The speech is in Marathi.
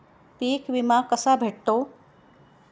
पीक विमा कसा भेटतो?